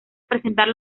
presentar